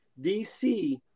DC